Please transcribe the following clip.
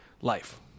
life